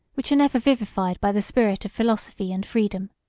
which are never vivified by the spirit of philosophy and freedom.